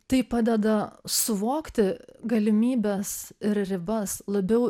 tai padeda suvokti galimybes ir ribas labiau